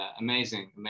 amazing